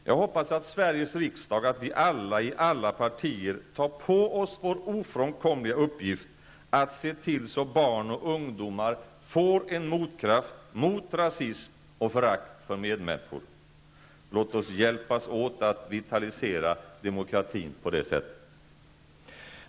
Jag hoppas att vi alla i alla partier i Sveriges riksdag tar på oss vår ofrånkomliga uppgift att se till att barn och ungdomar får en motkraft mot rasmism och förakt för medmänniskor. Låt oss hjälpas åt att på det sättet vitalisera demokratin.